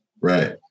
Right